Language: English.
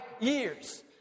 years